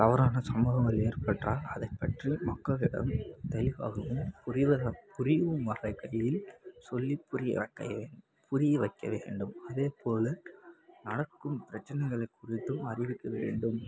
தவறான சம்பவங்கள் ஏற்பட்டால் அதைப் பற்றி மக்களிடம் தெளிவாகவும் புரிவதாக புரியும் வகையில் சொல்லிப் புரிய வக்க புரிய வைக்க வேண்டும் அதேப் போல் நடக்கும் பிரச்சினைகளை குறித்தும் அறிவிக்க வேண்டும்